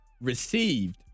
received